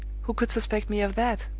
who could suspect me of that?